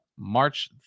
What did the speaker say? march